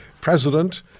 president